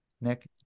Nick